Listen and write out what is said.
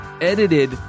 edited